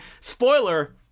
spoiler